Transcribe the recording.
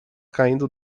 caindo